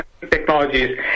technologies